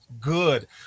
good